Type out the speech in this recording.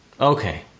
Okay